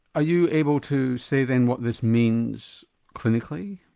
are you able to say then what this means clinically?